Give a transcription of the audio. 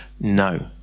No